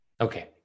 Okay